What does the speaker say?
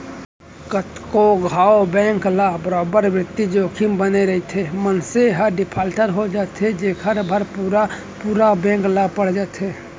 कतको घांव बेंक ल बरोबर बित्तीय जोखिम बने रइथे, मनसे ह डिफाल्टर हो जाथे जेखर भार पुरा पुरा बेंक ल पड़ जाथे